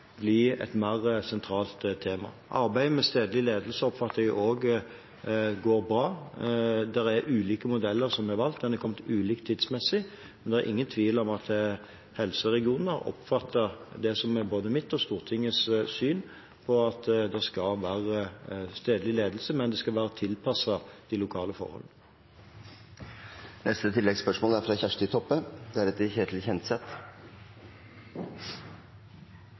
bli et mer sentralt tema. Arbeidet med stedlig ledelse oppfatter jeg også går bra. Det er ulike modeller som er valgt, en er kommet ulikt tidsmessig, men det er ingen tvil om at helseregionene har oppfattet det som er både mitt og Stortingets syn, at det skal være stedlig ledelse, men det skal være tilpasset de lokale